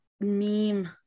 meme